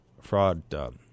fraud